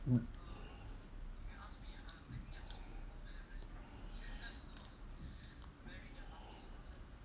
mm